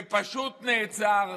זה פשוט נעצר.